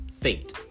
fate